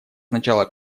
сначала